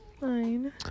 Fine